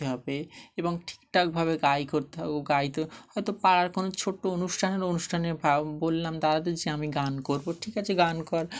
তে হবে এবং ঠিক ঠাকভাবে গাই করতে হবে গাইতে হয়তো পাড়ার কোনো ছোট্টো অনুষ্ঠানের অনুষ্ঠানে বললাম দাদাদের যে আমি গান করবো ঠিক আছে গান কর